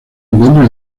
encuentra